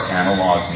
analog